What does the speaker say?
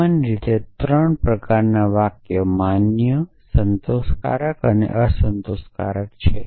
સામાન્ય રીતે ત્રણ પ્રકારનાં વાક્યો માન્ય સંતોષકારક અને અસંતોષકારક છે